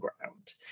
ground